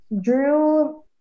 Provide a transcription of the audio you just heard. drew